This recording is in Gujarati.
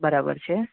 બરાબર છે